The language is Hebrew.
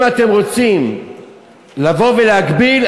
אם אתם רוצים לבוא ולהגביל,